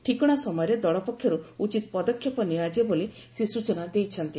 ଠିକଣା ସମୟରେ ଦଳ ପକ୍ଷରୁ ଉଚିତ୍ ପଦକ୍ଷେପ ନିଆଯିବ ବୋଲି ସେ ସ୍ଟଚନା ଦେଇଛନ୍ତି